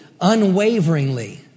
unwaveringly